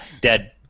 Dead